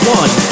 one